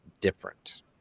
different